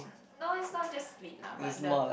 no is not just sleep lah but the